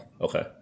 Okay